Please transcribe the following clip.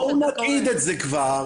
בואו נגיד את זה כבר,